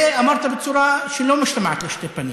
ואמרת בצורה שלא משתמעת לשתי פנים